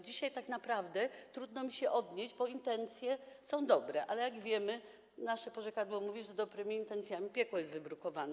Dzisiaj tak naprawdę trudno mi się odnieść, bo intencje są dobre, ale jak wiemy, nasze porzekadło mówi, że dobrymi intencjami piekło jest wybrukowane.